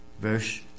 Verse